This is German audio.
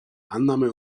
annahme